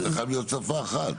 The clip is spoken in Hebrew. זה חייב להיות שפה אחת.